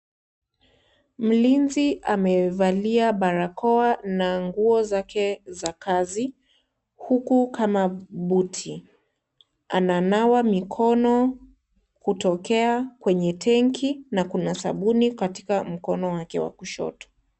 Mlinzi amevalia barakoa na nguo zake za kazi, huku kama buti. Ananawa mikono kutokea kwenye tenki, na kuna sabuni katika mkono wake wa kushoto.